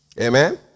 Amen